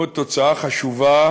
הוא תוצאה חשובה